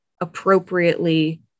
appropriately